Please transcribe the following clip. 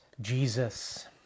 Jesus